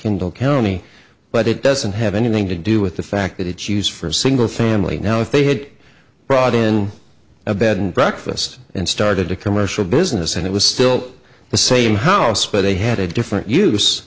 kindle county but it doesn't have anything to do with the fact that it's use for a single family now if they had brought in a bed and breakfast and started a commercial business and it was still the same house but they had a different